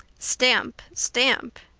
stamp! stamp!